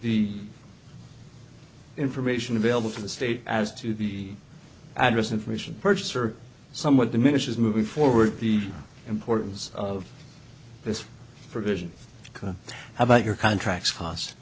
the information available to the state as to the adverse information purchaser somewhat diminishes moving forward the importance of this provision come about your contracts c